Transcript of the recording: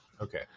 Okay